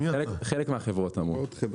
חלק מהחברות אמרו.